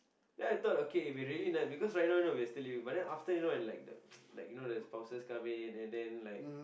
ya I thought okay if it really then because ah right now we are still living but then after you know like the like you know the spouses come in and then like